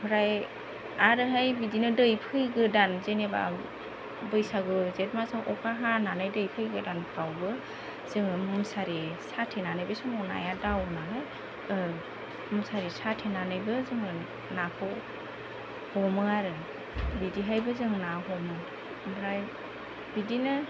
ओमफ्राय आरोहाय बिदिनो दै फैगोदान जेनेबा बैसागो जेठ मासाव अखा हानानै दै फैगोदानफोरावबो जोङो मुसारि साथेनानै बे समाव नाया दावो नालाय मुसारि साथेनानैबो जोङो नाखौ हमो आरो बिदिहायबो जोङो ना हमो ओमफ्राय बिदिनो